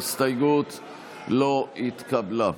ההסתייגות לא התקבלה.